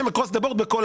מזניחה בכל הארץ,